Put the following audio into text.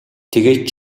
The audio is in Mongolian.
тэгээд